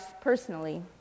personally